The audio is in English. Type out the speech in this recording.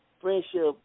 friendship